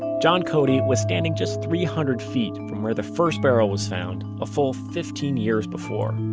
john cody was standing just three hundred feet from where the first barrel was found, a full fifteen years before